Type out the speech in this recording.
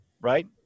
right